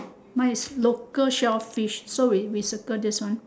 my local shellfish so we we circle this one